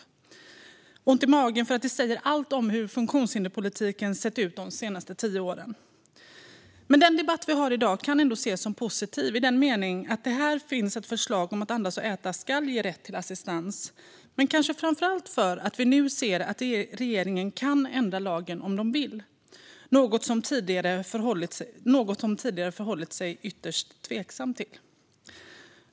Jag får ont i magen därför att det säger allt om hur funktionshinderspolitiken sett ut de senaste åren. Den debatt vi har i dag kan ändå ses som positiv i den meningen att det nu finns ett förslag om att behovet av hjälp att andas och äta ska ge rätt till assistans, men kanske framför allt för att vi nu ser att regeringen kan ändra lagen om de vill - något som man tidigare har förhållit sig ytterst tveksam till.